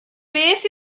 beth